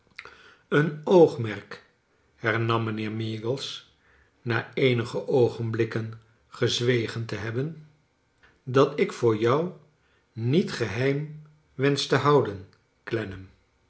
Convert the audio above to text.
een oogmerk hernam mijnheer meagles na eenige oogenblikken gezwegen te hebben dat ik voor jou niet gehcim wensch te houden